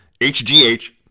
HGH